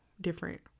different